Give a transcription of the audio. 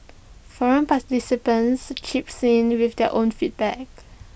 forum participants chips in with their own feedback